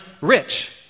rich